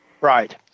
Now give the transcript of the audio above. Right